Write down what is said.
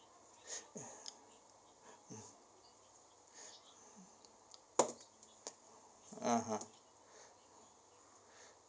ah ha